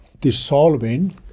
dissolving